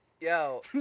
Yo